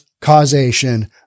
causation